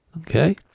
Okay